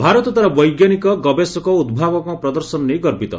ଭାରତ ତା'ର ବୈଜ୍ଞାନିକ ଗବେଷକ ଉଦ୍ଭାବକଙ୍କ ପ୍ରଦର୍ଶନ ନେଇ ଗର୍ବିତ